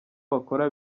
bakora